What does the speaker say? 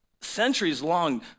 centuries-long